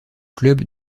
club